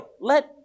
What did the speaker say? Let